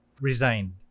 resigned